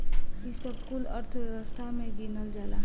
ई सब कुल अर्थव्यवस्था मे गिनल जाला